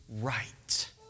right